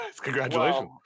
Congratulations